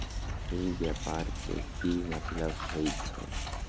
ई व्यापार के की मतलब होई छई?